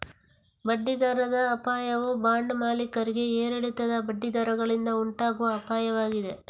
ಬಡ್ಡಿ ದರದ ಅಪಾಯವು ಬಾಂಡ್ ಮಾಲೀಕರಿಗೆ ಏರಿಳಿತದ ಬಡ್ಡಿ ದರಗಳಿಂದ ಉಂಟಾಗುವ ಅಪಾಯವಾಗಿದೆ